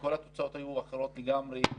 וכל התוצאות היו אחרות לגמרי,